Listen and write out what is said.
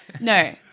No